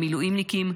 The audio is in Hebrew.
המילואימניקים,